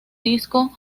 disco